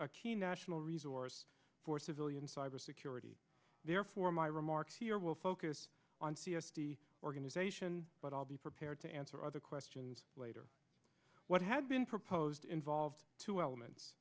a key national resource for civilian cybersecurity therefore my remarks here will focus on c s t organization but i'll be prepared to answer other questions later what had been proposed involved two elements